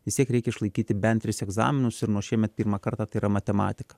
vis tiek reikia išlaikyti bent tris egzaminus ir nuo šiemet pirmą kartą tai yra matematika